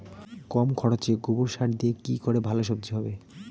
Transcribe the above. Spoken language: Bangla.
কম খরচে গোবর সার দিয়ে কি করে ভালো সবজি হবে?